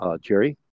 Jerry